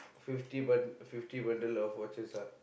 fifty bun~ fifty bundle of watches ah